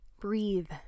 breathe